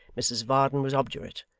mrs varden was obdurate,